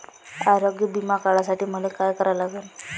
आरोग्य बिमा काढासाठी मले काय करा लागन?